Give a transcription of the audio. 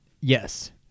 yes